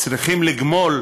צריכים לגמול